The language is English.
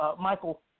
Michael